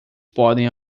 podem